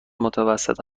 متوسط